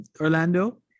Orlando